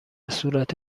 صورت